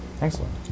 Excellent